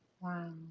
Wow